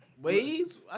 Waves